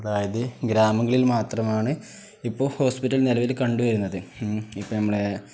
അതായത് ഗ്രാമങ്ങളിൽ മാത്രമാണ് ഇപ്പോൾ ഹോസ്പിറ്റൽ നിലവിൽ കണ്ടുവരുന്നത് ഇപ്പം നമ്മളെ